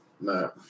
No